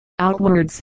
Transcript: Outwards